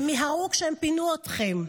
הם מיהרו כשהם פינו אתכם.